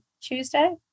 Tuesday